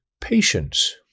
patience